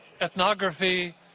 ethnography